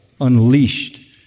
unleashed